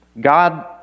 God